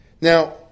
Now